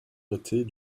notés